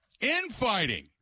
Infighting